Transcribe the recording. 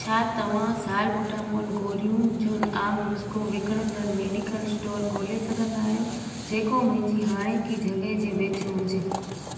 छा तव्हां सालबुटामॉल गोरियूं जो आम नुस्ख़ो विकिणंदड़ मेडिकल स्टोर ॻोल्हे सघंदा आहियो जेको मुंहिंजी हाणेकी जॻह जे वेझो हुजे